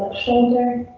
shoulder.